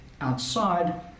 outside